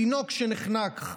תינוק שנחנק,